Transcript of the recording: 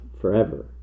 forever